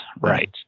right